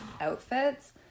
outfits